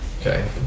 okay